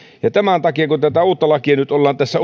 ja tämän takia kun tätä uutta lakia uutta systeemiä nyt tässä